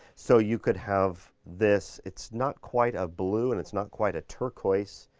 so you could have this, it's not quite a blue and it's not quite a turquoise.